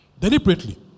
deliberately